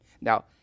now